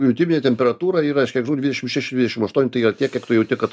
jutiminė temperatūra yra aš kiek žinau dvidešim šeši dvidešim aštuoni tai yra tiek kiek tu jauti kad